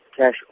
cash